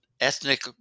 ethnic